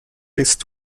bist